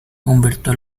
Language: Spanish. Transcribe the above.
humberto